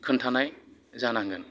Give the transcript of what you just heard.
खोनथानाय जानांगोन